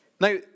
Now